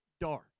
dark